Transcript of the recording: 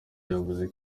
yavuze